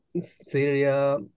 Syria